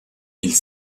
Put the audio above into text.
ils